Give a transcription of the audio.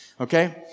Okay